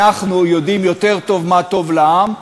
אנחנו יודעים יותר טוב מה טוב לעם,